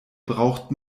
braucht